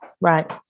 Right